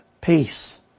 peace